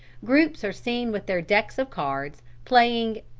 groups are seen with their decks of cards playing